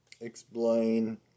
explain